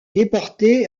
déporté